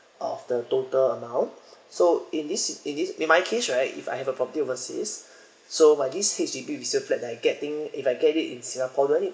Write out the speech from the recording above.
of the total amount so in this in this in my case right if I have a property overseas so by this H_D_B resale flat that I getting if I get it in singapore do I need